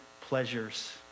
pleasures